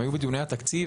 הם היו בדיוני התקציב,